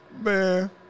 Man